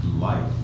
life